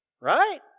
Right